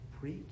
preach